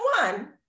one